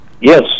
Yes